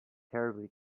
terribly